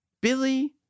Billy